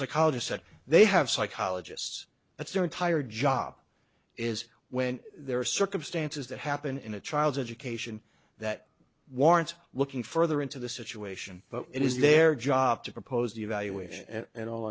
psychologist said they have psychologists that's their entire job is when there are circumstances that happen in a child's education that warrants looking further into the situation but it is their job to propose the evaluation and all